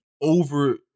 over